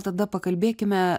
tada pakalbėkime